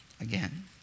again